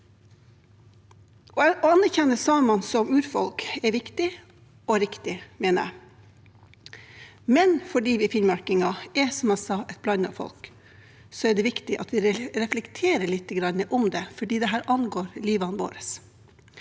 Å anerkjenne samene som urfolk er viktig og riktig, mener jeg, men fordi vi finnmarkinger, som jeg sa, er et blandet folk, er det viktig at vi reflekterer lite grann rundt det, for dette angår livet vårt.